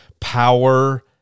power